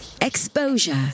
Exposure